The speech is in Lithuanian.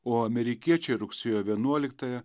o amerikiečiai rugsėjo vienuoliktąją